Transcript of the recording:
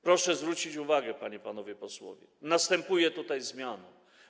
Proszę zwrócić uwagę, panie i panowie posłowie, że następuje tutaj zmiana.